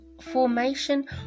formation